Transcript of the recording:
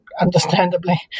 understandably